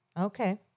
Okay